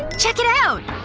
check it out!